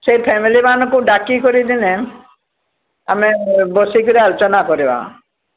ସେ ଫ୍ୟାମିଲୀମାନଙ୍କୁ ଡାକିକରି ଦିନେ ଆମେ ବସିକରି ଆଲୋଟନା କରିବା